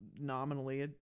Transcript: nominally